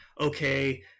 okay